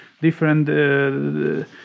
different